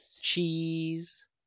cheese